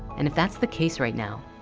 and if that's the case right now,